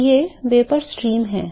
तो ये वाष्प धाराएँ हैं